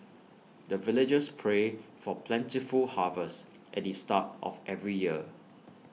the villagers pray for plentiful harvest at the start of every year